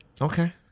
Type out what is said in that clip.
Okay